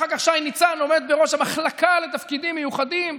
אחר כך שי ניצן עמד בראש המחלקה לתפקידים מיוחדים,